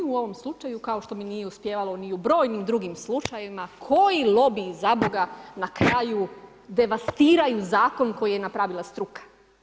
Mi u ovom slučaju, kao što mi nije uspijevalo ni u brojnim drugim slučajevima koji lobiji, zaboga na kraju devastiraju zakon koji je napravila struka.